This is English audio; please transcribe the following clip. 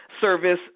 service